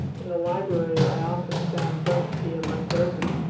in the library i often found books he had left open,